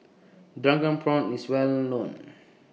Drunken Prawns IS Well known